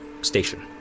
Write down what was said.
station